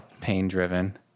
pain-driven